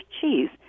cheese